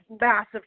massive